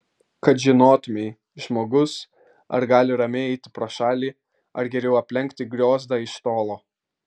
kad žinotumei žmogus ar gali ramiai eiti pro šalį ar geriau aplenkti griozdą iš tolo